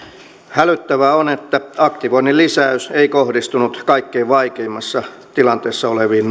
hälyttävää on että aktivoinnin lisäys ei kohdistunut kaikkein vaikeimmassa tilanteessa oleviin